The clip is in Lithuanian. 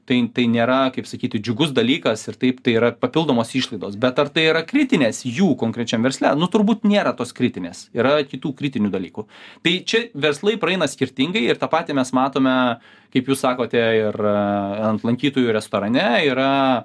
tai tai nėra kaip sakyti džiugus dalykas ir taip tai yra papildomos išlaidos bet ir tai yra kritinės jų konkrečiam versle nu turbūt nėra tos kritinės yra kitų kritinių dalykų tai čia verslai praeina skirtingai ir tą patį mes matome kaip jūs sakote ir ant lankytojų restorane yra